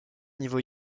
niveau